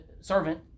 servant